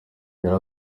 yari